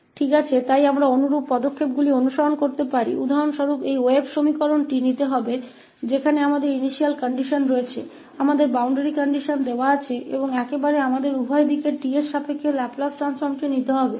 ठीक है इसलिए हम इसी तरह के चरणों का पालन कर सकते हैं उदाहरण के लिए यह वेव एक्वेशन जहां हमारे पास प्रारंभिक स्थिति है हमारे बाउंड्री कंडीशंस की शर्तें हैं और बिल्कुल हमें दोनों तरफ 𝑡 के संबंध में लाप्लास ट्रांसफॉर्म करना है